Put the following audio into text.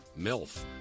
MILF